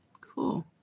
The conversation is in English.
Cool